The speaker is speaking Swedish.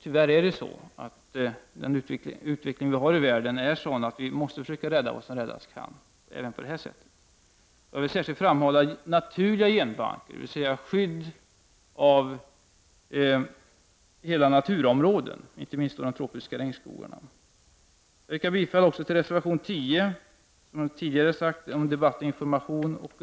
Tyvärr gör utvecklingen i världen detta erforderligt — även i detta avseende. Jag vill särskilt framhålla värdet av naturliga genbanker, dvs. skydd av hela naturområden, inte minst de tropiska regnskogarna. Sedan yrkar jag bifall till reservation 10, som jag tidigare nämnt. Reservationen handlar om debatt och information om biotekniken.